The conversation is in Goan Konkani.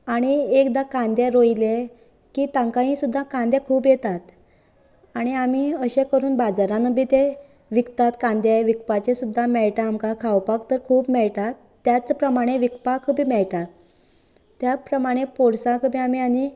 आनी एकदां कांदें रोयले की तांकांय सुद्दां कांदें खूब येतात आनी आमी अशें करून बाजारानूंय बी तें विकतात कांदें विकपाचे सुद्दां मेळटा खावपाक तर खूब मेळटात त्याच प्रमाणे विकपाक बी मेळटा त्याच प्रमाणे पोरसाक बी आमी